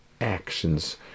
actions